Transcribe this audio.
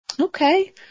Okay